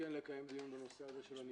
כן לקיים דיון בנושא הניטור,